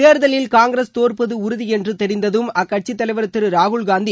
தேர்தலில் காங்கிரஸ் தோற்பது உறுதி என்று தெரிந்ததும் அக்கட்சித் தலைவர் திரு ராகுல்காந்தி